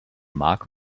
mark